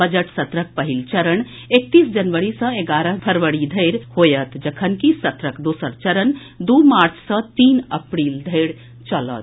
budget सत्रक पहिल चरण एकतीस जनवरी सँ एगारह फरवरी धरि होयत जखनकि सत्रक दोसर चरण दू मार्च सँ तीन अप्रील धरि चलत